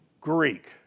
Greek